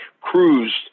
cruised